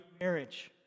marriage